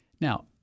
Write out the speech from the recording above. Now